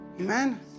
Amen